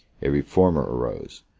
a reformer arose,